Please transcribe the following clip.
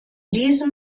diesem